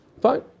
Fine